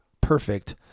perfect